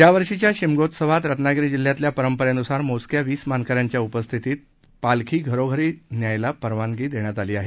यावर्षीच्या शिमगोत्सवात रत्नागिरी जिल्ह्यातल्या परंपरेनुसार मोजक्या वीस मानकऱ्यांच्या उपस्थितीत पालखी घरोघरी नेण्यास परवानगी देण्यात आली आहे